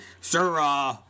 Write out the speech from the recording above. Sir